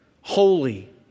holy